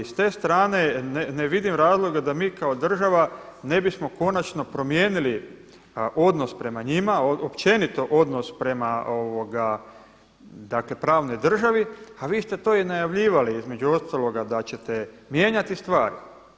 I s te strane ne vidim razloga da mi kao država ne bismo konačno promijenili odnos prema njima općenito odnos prema, dakle pravnoj državi a vi ste to i najavljivali između ostaloga da ćete mijenjati stvari.